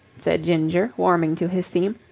said ginger, warming to his theme.